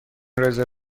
رزرو